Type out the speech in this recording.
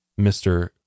Mr